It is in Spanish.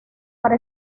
para